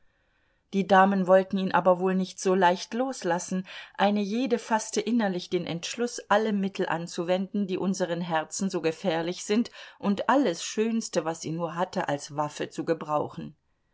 die damen wollten ihn aber wohl nicht so leicht loslassen eine jede faßte innerlich den entschluß alle mittel anzuwenden die unseren herzen so gefährlich sind und alles schönste was sie nur hatte als waffe zu gebrauchen